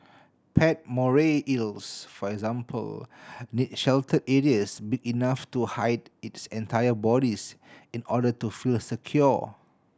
pet moray eels for example need sheltered areas big enough to hide its entire bodies in order to feel secure